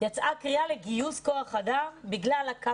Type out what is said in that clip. יצאה קריאה לגיוס כוח אדם בגלל הקפסולות.